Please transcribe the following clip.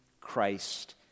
Christ